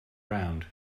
round